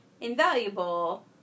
invaluable